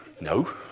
no